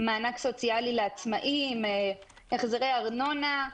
מענק סוציאלי לעצמאים, החזרי ארנונה.